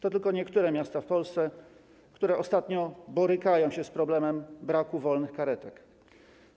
To tylko niektóre miasta w Polsce, które ostatnio borykają się z problemem braku wolnych karetek.